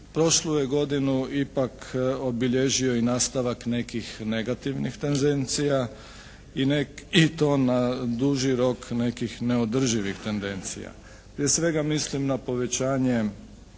prošlu je godinu ipak obilježio i nastavak nekih negativnih tendencija i to na duži rok nekih neodrživih tendencija. Prije svega mislim na povećanje